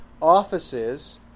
offices